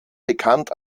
bekannt